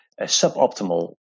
suboptimal